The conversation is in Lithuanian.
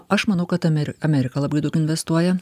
aš manau kad ameri amerika labai daug investuoja